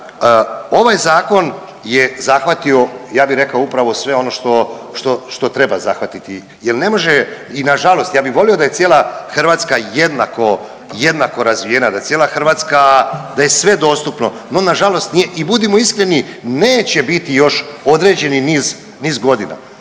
Ovaj zakon je zahvatio ja bih rekao upravo sve ono što treba zahvatiti, jer ne može i na žalost ja bih volio da je cijela Hrvatska jednako razvijena, da cijela Hrvatska, da je sve dostupno. No na žalost nije i budimo iskreni neće biti još određeni niz godina.